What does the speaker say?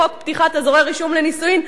חוק פתיחת אזורי רישום לנישואין,